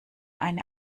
eine